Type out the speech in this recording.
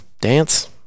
dance